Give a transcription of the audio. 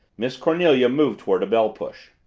miss cornelia moved toward a bell push.